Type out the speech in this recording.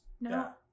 No